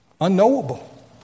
unknowable